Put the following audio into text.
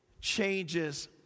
changes